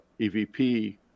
EVP